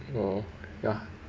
oh ya